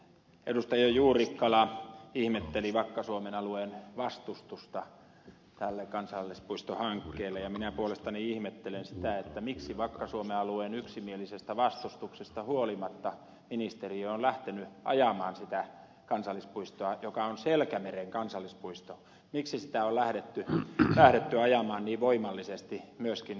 juurikkala ihmetteli vakka suomen alueen vastustusta tälle kansallispuistohankkeelle ja minä puolestani ihmettelen sitä miksi vakka suomen alueen yksimielisestä vastustuksesta huolimatta ministeriö on lähtenyt ajamaan sitä kansallispuistoa joka on selkämeren kansallispuisto miksi sitä on lähdetty ajamaan niin voimallisesti myöskin saaristomeren alueelle